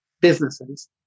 businesses